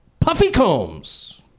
Puffycombs